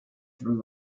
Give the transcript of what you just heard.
threw